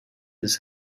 this